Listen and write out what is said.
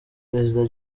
perezida